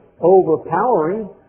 overpowering